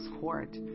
Court